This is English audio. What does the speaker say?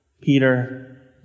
Peter